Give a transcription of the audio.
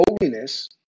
holiness